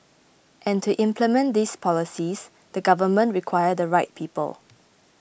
and to implement these policies the government require the right people